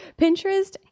Pinterest